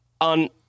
on